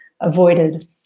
avoided